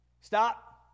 Stop